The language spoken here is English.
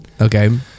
okay